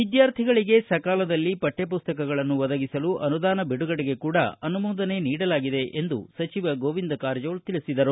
ವಿದ್ಯಾರ್ಥಿಗಳಿಗೆ ಸಕಾಲದಲ್ಲಿ ಪಠ್ಯಪುಸ್ತಕಗಳನ್ನು ಒದಗಿಸಲು ಅನುದಾನ ಬಿಡುಗಡೆಗೆ ಅನುಮೋದನೆ ನೀಡಲಾಗಿದೆ ಎಂದು ಸಚಿವ ಗೋವಿಂದ ಕಾರಜೋಳ ತಿಳಿಸಿದರು